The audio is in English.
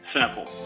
simple